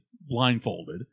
blindfolded